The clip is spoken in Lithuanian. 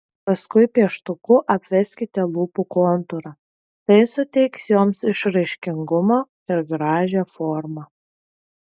paskui pieštuku apveskite lūpų kontūrą tai suteiks joms išraiškingumo ir gražią formą